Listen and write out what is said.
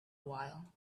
while